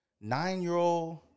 nine-year-old